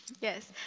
Yes